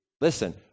listen